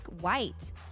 White